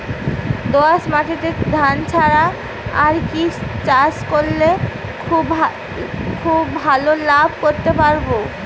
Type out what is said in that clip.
দোয়াস মাটিতে ধান ছাড়া আর কি চাষ করলে খুব ভাল লাভ করতে পারব?